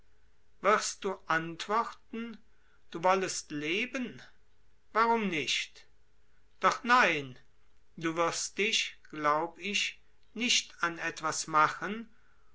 wirst du antworten du wollest leben warum nicht doch nein du wirst dich glaub ich nicht an etwas machen